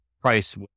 price